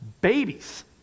Babies